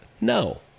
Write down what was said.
No